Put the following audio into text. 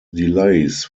delays